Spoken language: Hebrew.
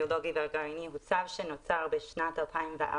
הביולוגי והגרעיני) הוא צו שנוצר בשנת 2004